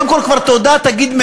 קודם כול כבר תגיד תודה,